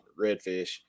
redfish